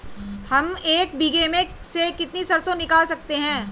हम एक बीघे में से कितनी सरसों निकाल सकते हैं?